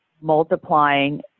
multiplying